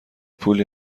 پولی